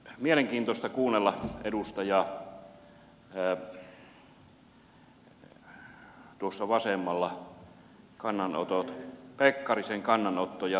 mielenkiintoista kuunnella edustajan tuossa vasemmalla kannanottoja pekkarisen kannanottoja